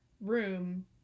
room